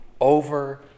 over